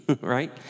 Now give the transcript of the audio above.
right